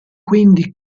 quindi